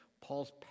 Paul's